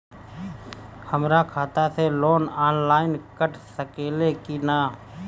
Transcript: हमरा खाता से लोन ऑनलाइन कट सकले कि न?